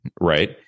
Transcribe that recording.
Right